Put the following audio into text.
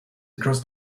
across